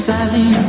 Sally